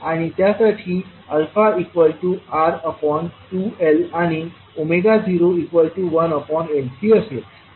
आणि त्यासाठी αR2L आणि 01LC असेल